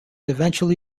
eventually